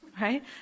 right